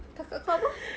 kakak kau apa